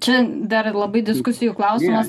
čia dar labai diskusijų klausimas